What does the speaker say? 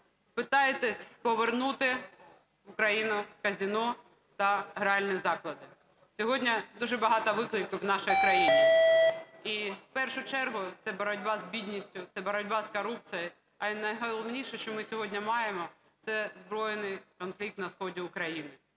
намагаєтеся повернути в Україну казино та гральні заклади. Сьогодні дуже багато викликів в нашій країні, і в першу чергу це боротьба з бідністю, це боротьба з корупцією, а найголовніше, що ми сьогодні маємо, це збройний конфлікт на сході України.